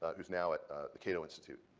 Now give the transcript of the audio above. ah who is now at the cato institute,